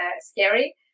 scary